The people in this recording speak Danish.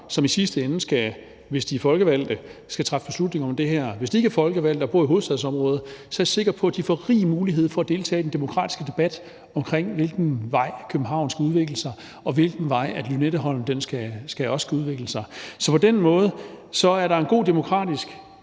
som i sidste ende, hvis de er folkevalgte, skal træffe beslutning om det her. Hvis de ikke er folkevalgte og bor i hovedstadsområdet, er jeg sikker på, at de får rig mulighed for at deltage i den demokratiske debat om, hvilken vej København skal udvikle sig, og hvilken vej Lynetteholm skal udvikle sig. Så på den måde er der en god demokratisk